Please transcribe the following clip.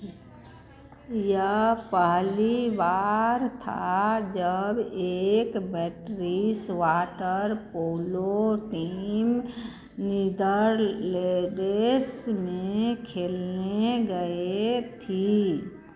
यह पहली बार था जब एक British water polo team Netherlands में खेलने गई थी